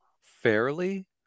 fairly